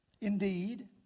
indeed